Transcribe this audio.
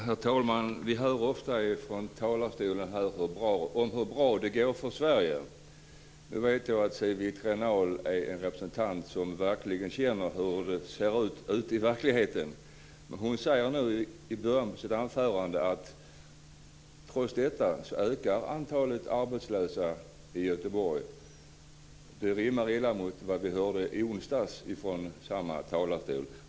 Herr talman! Vi hör ofta från talarstolen hur bra det går för Sverige. Nu vet jag att Siw Wittgren-Ahl är en representant som verkligen känner till hur det ser ut i ute i verkligheten. Hon sade i början av sitt anförande att trots detta så ökar antalet arbetslösa i Göteborg. Det rimmar illa mot det som vi hörde i onsdags från samma talarstol.